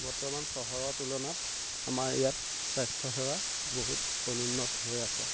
বৰ্তমান চহৰৰ তুলনাত আমাৰ ইয়াত স্বাস্থ্যসেৱা বহুত অনুন্নত হৈ আছে